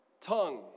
tongue